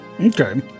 Okay